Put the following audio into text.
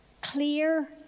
Clear